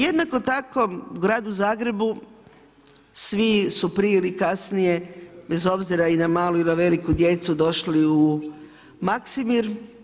Jednako tako u gradu Zagrebu svi su prije ili kasnije, bez obzira i na malu ili na veliku djecu došli u Maksimir.